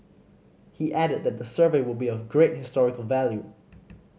he added that the survey would be of great historical value